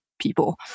people